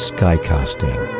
Skycasting